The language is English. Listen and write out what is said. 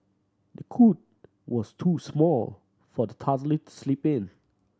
the cot was too small for the toddler to sleep in